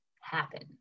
happen